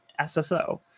SSO